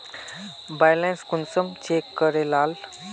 Balance कुंसम check करे लाल?